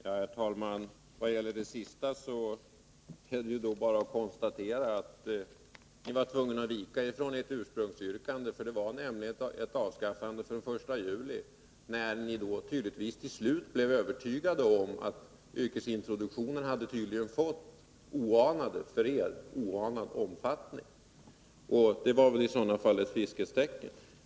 Herr talman! När det gäller det sista är det bara att konstatera att ni var tvungna att vika er från ert ursprungsyrkande. Det gällde nämligen ett avskaffande från den 1 juli. Ni blev tydligtvis till slut övertygade om att yrkesintroduktionen hade fått en för er oanad omfattning. Det var väl i så fall ett friskhetstecken.